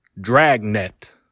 Dragnet